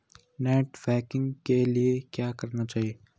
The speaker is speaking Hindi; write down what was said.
नेट बैंकिंग के लिए क्या करना होगा?